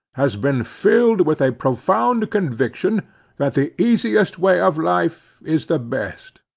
has been filled with a profound conviction that the easiest way of life is the best.